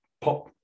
pop